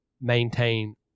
maintain